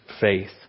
faith